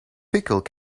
pickled